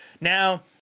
now